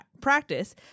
practice